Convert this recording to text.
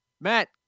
Matt